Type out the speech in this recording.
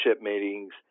meetings